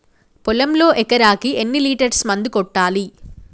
పొలంలో ఎకరాకి ఎన్ని లీటర్స్ మందు కొట్టాలి?